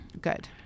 Good